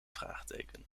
vraagteken